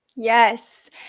Yes